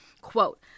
Quote